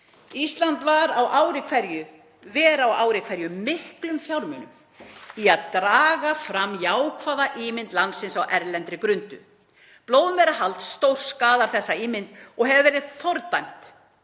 Ísland ver á ári hverju miklum fjármunum í að draga fram jákvæða ímynd landsins á erlendri grund. Blóðmerahald stórskaðar þessa ímynd og hefur verið fordæmt